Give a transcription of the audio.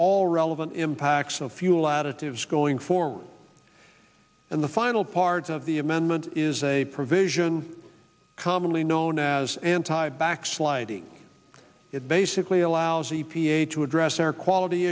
all relevant impacts of fuel additives going forward and the final part of the amendment is a provision commonly known as anti backsliding it basically allows e p a to address air quality